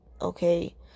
okay